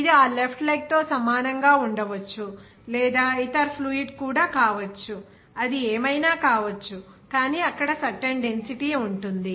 ఇది ఆ left leg తో సమానంగా ఉండవచ్చు లేదా ఇతర ఫ్లూయిడ్ కూడా కావచ్చు అది ఏమైనా కావచ్చు కానీ అక్కడ సర్టెన్ డెన్సిటీ ఉంటుంది